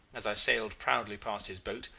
as i sailed proudly past his boat,